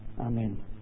Amen